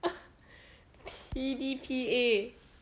P_D_P_A